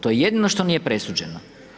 To je jedino što nije presuđeno.